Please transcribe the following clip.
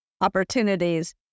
opportunities